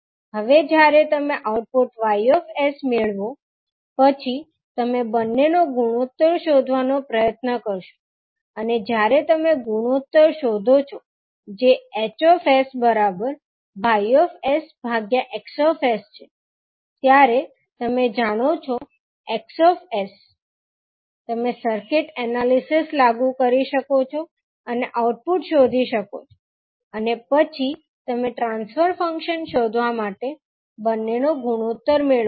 હવે જ્યારે તમે આઉટપુટ 𝑌𝑠 મેળવો પછી તમે બંનેનો ગુણોત્તર શોધવાનો પ્રયત્ન કરશો અને જ્યારે તમે ગુણોત્તર શોધો છો જે 𝐻𝑠 𝑌𝑠 𝑋𝑠 છે ત્યારે તમે જાણો છો 𝑋𝑠 તમે સર્કિટ એનાલિસિસ લાગુ કરી શકો છો અને આઉટપુટ શોધી શકો છો અને પછી તમે ટ્રાન્સફર ફંક્શન શોધવા માટે બંને નો ગુણોત્તર મેળવો છો